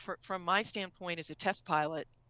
from my standpoint as a test pilot,